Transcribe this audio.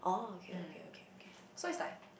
oh okay okay okay okay